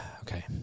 okay